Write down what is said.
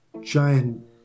giant